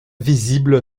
visibles